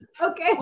Okay